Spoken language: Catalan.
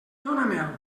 dóna